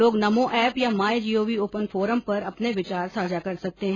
लोग नमो ऐप या my G O V open forum पर अपने विचार साझा कर सकते हैं